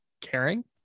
caring